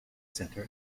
center